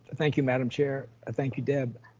thank you, madam chair. thank you, deb.